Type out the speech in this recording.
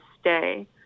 stay